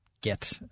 get